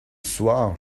soir